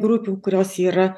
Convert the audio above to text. grupių kurios yra